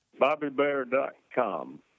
bobbybear.com